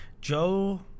Joe